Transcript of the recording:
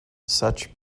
such